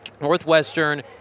Northwestern